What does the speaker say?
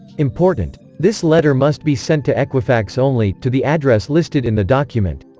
important! this letter must be sent to equifax only, to the address listed in the document.